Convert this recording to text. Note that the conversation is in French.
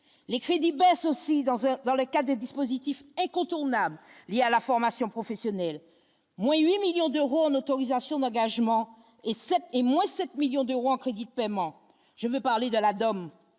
les crédits baissent aussi dans un, dans le cas des dispositifs incontournable, il y a la formation professionnelle, moins 8 millions d'euros en autorisation d'engagement et cela est moins 7 millions de Rouen, crédits de paiement, je veux parler de l'atome,